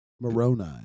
Moroni